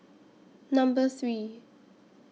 Number three